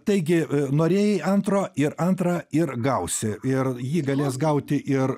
taigi norėjai antro ir antrą ir gausi ir jį galės gauti ir